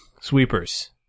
Sweepers